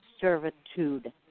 servitude